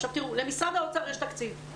למשרד האוצר יש תקציב.